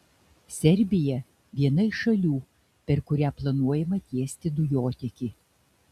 serbija viena iš šalių per kurią planuojama tiesti dujotiekį